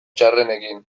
txarrenekin